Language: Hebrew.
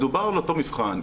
מדובר על אותו מבחן.